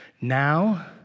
now